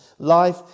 Life